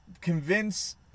convince